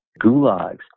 gulags